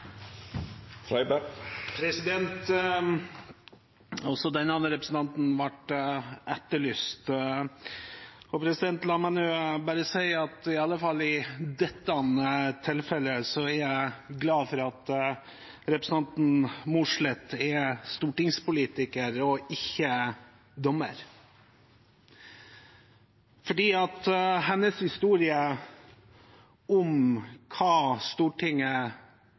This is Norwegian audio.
Også denne representanten ble etterlyst. La meg nå bare si at iallfall i dette tilfellet er jeg glad for at representanten Mossleth er stortingspolitiker og ikke dommer, for hennes historie om hva Stortinget er